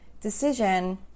decision